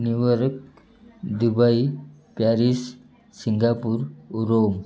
New York Dubai Paris Singapore Rome